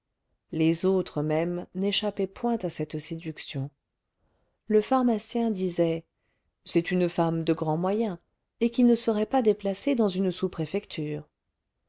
les autres même n'échappaient point à cette séduction le pharmacien disait c'est une femme de grands moyens et qui ne serait pas déplacée dans une sous-préfecture